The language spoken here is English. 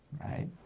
right